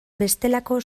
bestelako